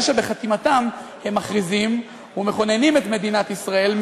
שבחתימתם הם מכריזים ומכוננים את מדינת ישראל,